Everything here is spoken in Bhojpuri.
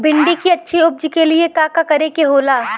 भिंडी की अच्छी उपज के लिए का का करे के होला?